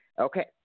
Okay